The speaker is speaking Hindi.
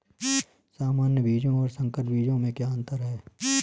सामान्य बीजों और संकर बीजों में क्या अंतर है?